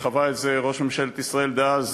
וחווה את זה ראש ממשלת ישראל דאז